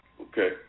Okay